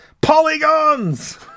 Polygons